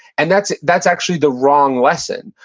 and that's that's actually the wrong lesson.